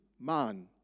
man